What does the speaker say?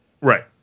right